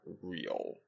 real